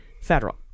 federal